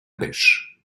pêche